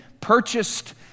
purchased